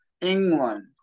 England